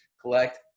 Collect